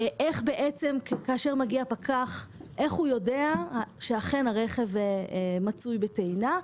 איך פקח שמגיע יודע שאכן הרכב מצוי בטעינה.